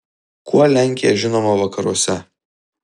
kuo lenkija žinoma vakaruose